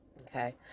okay